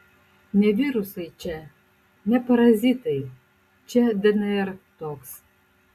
ne virusai čia ne parazitai čia dnr toks